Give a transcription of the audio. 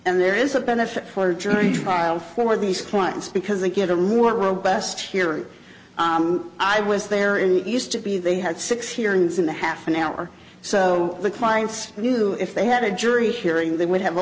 and there is a benefit for jury trial for these clients because they get a rule robust here i was there in used to be they had six hearings in a half an hour so the clients knew if they had a jury hearing they would have